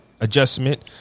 adjustment